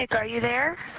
like are you there?